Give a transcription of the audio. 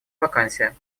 вакансия